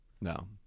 No